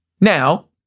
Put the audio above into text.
Now